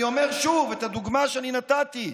אני אומר שוב את הדוגמה שנתתי,